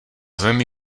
zemi